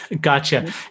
gotcha